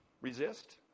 Resist